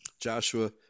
Joshua